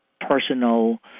personal